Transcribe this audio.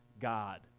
God